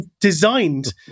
designed